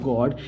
God